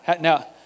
Now